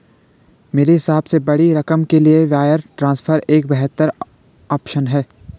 मेरे हिसाब से बड़ी रकम के लिए वायर ट्रांसफर एक बेहतर ऑप्शन है